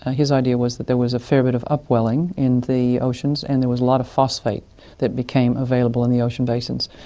his idea was that there was a fair bit of up-welling in the oceans and there was a lot of phosphate that became available in the ocean basins.